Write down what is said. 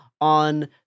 on